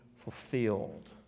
fulfilled